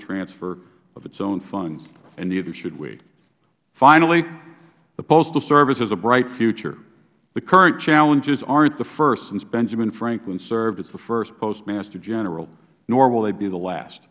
transfer of its own funds and neither should we finally the postal service has a bright future the current challenges aren't the first since benjamin franklin served as the first postmaster general nor will they be the last